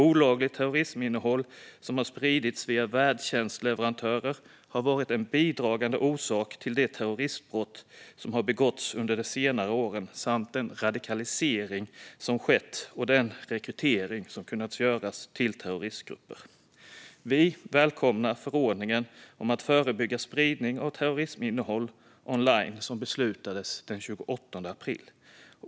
Olagligt terrorisminnehåll som har spridits via värdtjänstleverantörer har varit en bidragande orsak till de terroristbrott som har begåtts under de senare åren samt den radikalisering som skett och den rekrytering som kunnat göras till terroristgrupper. Vi välkomnar förordningen om att förebygga spridning av terrorisminnehåll online som beslutades den 28 april.